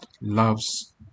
loves